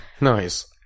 Nice